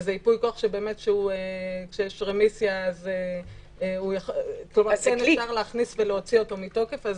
וזה ייפוי כוח שכאשר יש רמיסיה כן אפשר להכניס ולהוציא מתוקף,